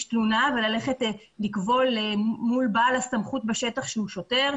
תלונה וללכת לקבול מול בעל הסמכות בשטח שהוא שוטר,